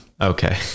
Okay